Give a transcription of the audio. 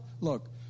look